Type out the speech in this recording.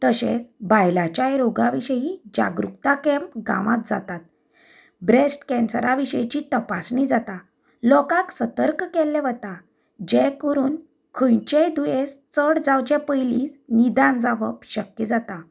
तशेंच बांयलाच्या रोगाविशीं जागृताय कँप गांवांत जातात ब्रेस्ट कँन्सरा विशींची तपासणी जाता लोकांक सतर्क केल्ले वता जे करून खंयचेय दुयेंस चड करून जावचे पयलीच निदान जावप शक्य जाता